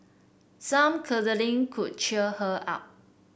some cuddling could cheer her up